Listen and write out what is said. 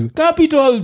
capital